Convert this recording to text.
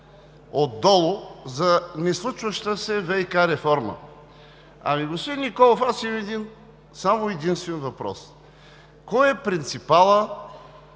отдолу за неслучваща се ВиК реформа. Ами, господин Николов, аз имам само един-единствен въпрос: кой е принципалът